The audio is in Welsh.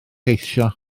eisiau